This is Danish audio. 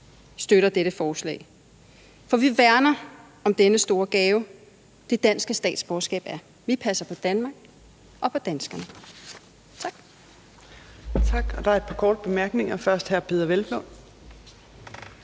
støtter dette forslag, for vi værner om denne store gave, som det danske statsborgerskab er. Vi passer på Danmark og på danskerne. Tak.